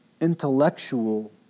intellectual